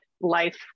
life